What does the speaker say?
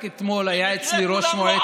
רק אתמול היה אצלי, במקרה כולם לא ערבים?